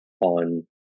on